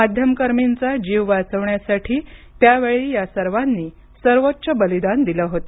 माध्यमकर्मींचा जीव वाचवण्यासाठी त्यावेळी या सर्वांनी सर्वोच्च बलिदान दिलं होतं